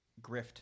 Grift